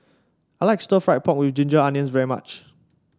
I like Stir Fried Pork with Ginger Onions very much